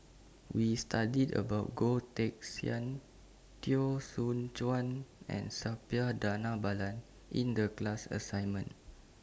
We studied about Goh Teck Sian Teo Soon Chuan and Suppiah Dhanabalan in The class assignment